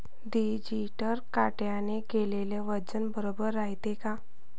Digital काट्याने केलेल वजन बरोबर रायते का?